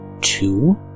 two